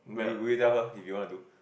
will will you tell her if you want to do